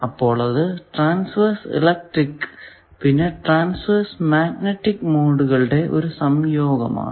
അത് transverse electric പിന്നെ transverse magnetic മോഡുകളുടെ ഒരു സംയോഗമാണ്